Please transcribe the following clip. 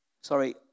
sorry